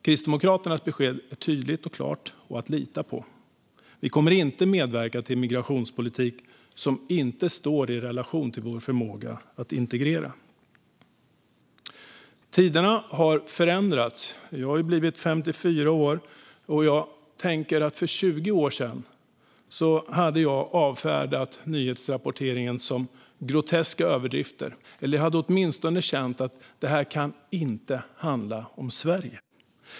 Kristdemokraternas besked är tydligt och klart och att lita på: Vi kommer inte att medverka till en migrationspolitik som inte står i relation till vår förmåga att integrera. Tiderna har förändrats. Jag har blivit 54 år och tänker att jag för 20 år sedan hade avfärdat dagens nyhetsrapportering som groteska överdrifter. Åtminstone hade jag känt att detta inte kan handla om Sverige.